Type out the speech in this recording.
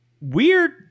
Weird